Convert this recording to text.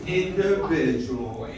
individual